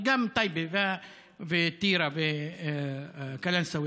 וגם בטייבה וטירה וקלנסווה,